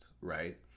right